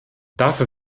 dafür